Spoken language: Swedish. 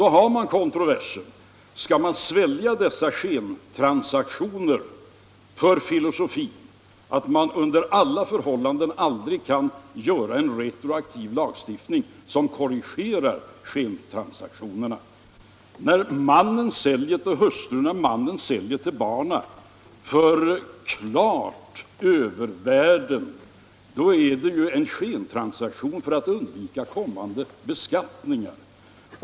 Då har man kontroversen: Skall man svälja dessa skentransaktioner för filosofin att man aldrig under några förhållanden kan göra en retroaktiv lagstiftning som korrigerar skentransaktionerna? När mannen säljer till hustrun eller till barnen för klara övervärden är det ju en skentransaktion för att undvika kommande beskattningar.